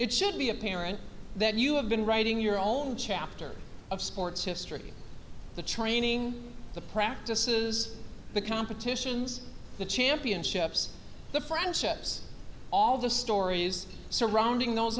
it should be apparent that you have been writing your own chapter of sports history the training the practices the competitions the championships the friendships all the stories surrounding those